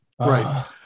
Right